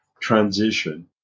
transition